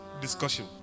discussion